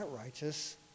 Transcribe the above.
righteous